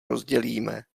rozdělíme